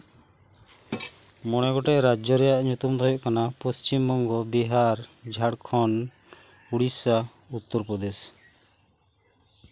ᱢᱚᱲᱮ ᱜᱚᱴᱮᱡ ᱨᱟᱡᱡᱚ ᱨᱮᱭᱟᱜ ᱧᱩᱛᱩᱢ ᱫᱚ ᱦᱩᱭᱩᱜ ᱠᱟᱱᱟ ᱯᱚᱥᱪᱷᱤᱢᱵᱚᱝᱜᱚ ᱵᱤᱦᱟᱨ ᱡᱷᱟᱲᱠᱷᱚᱱᱰ ᱩᱲᱤᱥᱥᱟ ᱩᱛᱛᱚᱨ ᱯᱚᱨᱫᱮᱥ